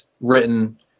written